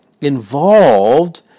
involved